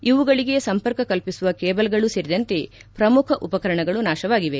ಇವುಗಳಿಗೆ ಸಂಪರ್ಕ ಕಲ್ಪಿಸುವ ಕೇಬಲ್ಗಳೂ ಸೇರಿದಂತೆ ಪ್ರಮುಖ ಉಪಕರಣಗಳು ನಾಶವಾಗಿವೆ